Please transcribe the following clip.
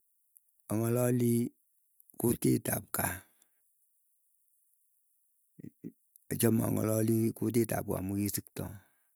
Ang'alalii kutit ap kaa, achame ang'alalii kutik ap kaa amu kikisikto.